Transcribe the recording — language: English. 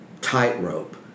tightrope